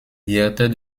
directeur